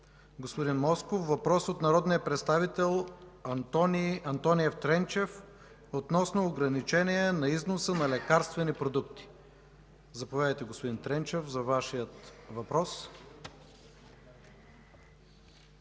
господин Москов. Въпрос от народния представител Антони Тренчев относно ограничение на износа на лекарствени продукти. Заповядайте, господин Тренчев, за Вашия въпрос.